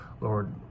Lord